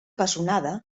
pessonada